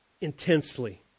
intensely